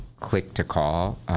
click-to-call